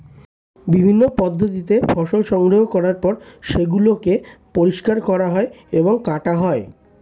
বিভিন্ন পদ্ধতিতে ফসল সংগ্রহ করার পর সেগুলোকে পরিষ্কার করা হয় এবং কাটা হয়